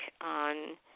on